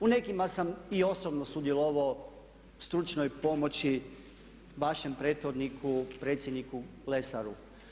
U nekima sam i osobno sudjelovao stručnoj pomoći vašem prethodniku predsjedniku Lesaru.